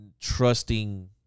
trusting